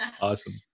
Awesome